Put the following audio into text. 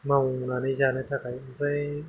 मावनानै जानो थाखाय ओमफ्राय